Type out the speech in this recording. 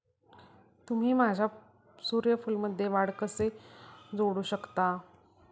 तुम्ही माझ्या सूर्यफूलमध्ये वाढ कसे जोडू शकता?